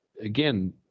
again